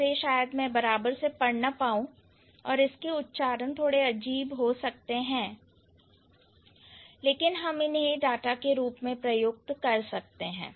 इसे शायद मैं बराबर से पढ़ ना पाऊं और इसके उच्चारण थोड़े अजीब हो सकते हैं लेकिन हम इन्हें डाटा के रूप में प्रयुक्त कर सकते हैं